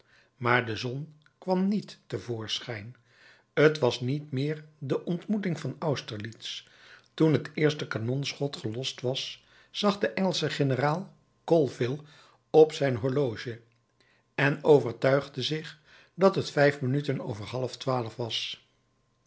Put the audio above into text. maar de zon kwam niet te voorschijn t was niet meer de ontmoeting van austerlitz toen het eerste kanonschot gelost was zag de engelsche generaal colville op zijn horloge en overtuigde zich dat het vijf minuten over half twaalf was